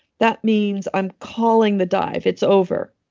that means i'm calling the dive. it's over,